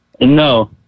No